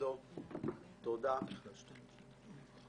הצבעה בעד, 7 נגד,